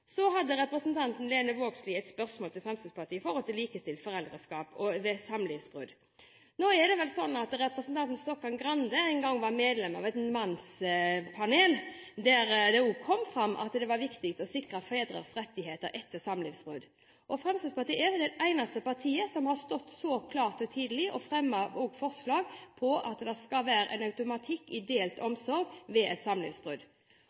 vel slik at representanten Stokkan-Grande en gang var medlem av et mannspanel, der det også kom fram at det var viktig å sikre fedres rettigheter etter samlivsbrudd. Fremskrittspartiet er det eneste partiet som har vært klart og tydelig og også fremmet forslag om at det skal være en automatikk i at man har delt omsorg ved et